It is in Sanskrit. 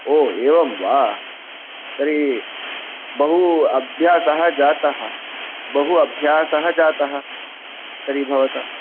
ओ एवं वा तर्हि बहु अभ्यासः जातः बहु अभ्यासः जातः तर्हि भवतां